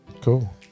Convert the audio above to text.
Cool